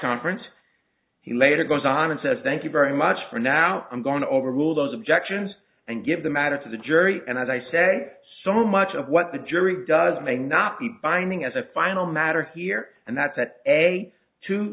conference he later goes on and says thank you very much for now i'm going to overrule those objections and give the matter to the jury and as i say so much of what the jury does may not be binding as a final matter here and that's at a two